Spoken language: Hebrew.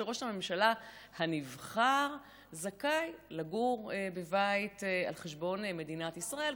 וראש הממשלה הנבחר זכאי לגור בבית על חשבון מדינת ישראל,